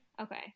okay